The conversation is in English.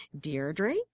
Deirdre